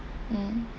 mm